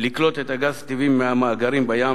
לקלוט את הגז הטבעי מהמאגרים בים,